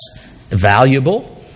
valuable